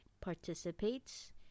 participates